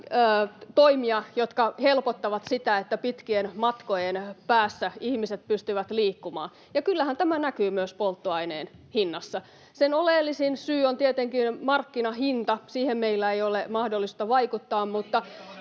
toimia, jotka helpottavat sitä, että pitkien matkojen päässä ihmiset pystyvät liikkumaan. Ja kyllähän tämä näkyy myös polttoaineen hinnassa. Sen oleellisin syy on tietenkin markkinahinta, ja siihen meillä ei ole mahdollisuutta vaikuttaa, mutta